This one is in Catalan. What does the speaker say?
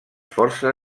força